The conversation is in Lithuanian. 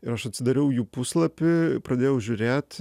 ir aš atsidariau jų puslapį pradėjau žiūrėt